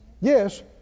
Yes